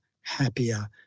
happier